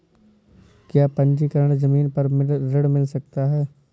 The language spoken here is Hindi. क्या पंजीकरण ज़मीन पर ऋण मिल सकता है?